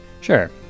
Sure